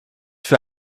für